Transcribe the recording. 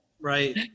right